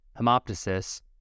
hemoptysis